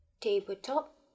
tabletop